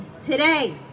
today